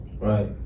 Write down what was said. Right